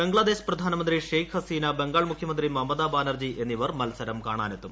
ബംഗ്ലാദേശ് പ്രധാനമന്ത്രി ഷെയ്ഖ് ഹസീന ബംഗാൾ മുഖ്യമന്ത്രി മമത ബാനർജി എന്നിവർ മൽസരം കാണാനെത്തും